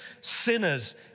sinners